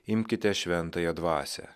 imkite šventąją dvasią